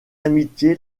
amitié